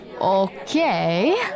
Okay